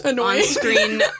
on-screen